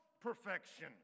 perfection